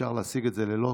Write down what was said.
אפשר להשיג את זה ללא,